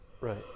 right